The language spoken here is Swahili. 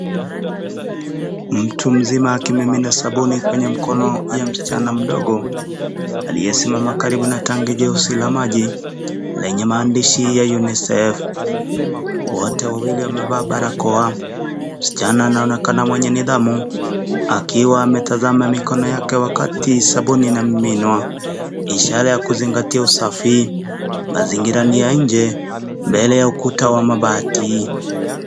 Mtu mzima akimimina sabuni kwenye mkono wa msichana mdogo, aliyesimama karibu na tanki jeusi la maji lenye maandishi ya Unicef, wote wawili wamevalia barakoa msichana anaonekana mwenye nidhamu akiwa ametasama mikono yake wakati sabuni ina miminwa ishara ya kuzingatia usafi mazingira ni ya nje mbele ya ukuta wa mabati.